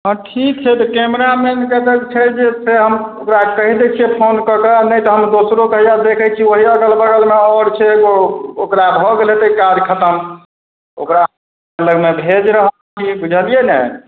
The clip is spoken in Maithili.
हँ ठीक छै तऽ कैमरामैनके तऽ छै जे से हम ओकरा कहि दै छिए फोन कऽ कऽ नहि तऽ हम दोसरोके हैए देखै छिए ओहि अगल बगलमे आओर से ओकरा भऽ गेल हेतै काज खतम ओकरा लगमे भेजि रहल छी बुझलिए ने